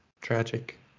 tragic